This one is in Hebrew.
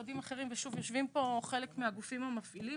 יושבים פה חלק מהגופים המפעילים.